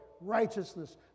righteousness